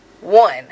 One